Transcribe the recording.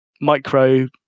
micro